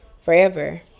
forever